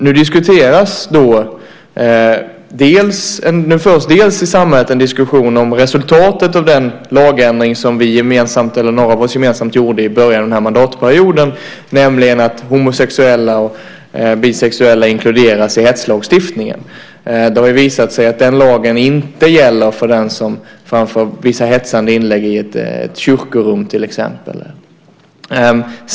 Nu förs i samhället en diskussion om resultatet av den lagändring som några av oss gemensamt gjorde i början av mandatperioden, nämligen att homosexuella och bisexuella inkluderas i hetslagstiftningen. Det har visat sig att den lagen inte gäller för den som framför vissa hetsande inlägg i ett kyrkorum till exempel.